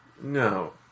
No